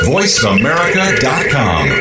VoiceAmerica.com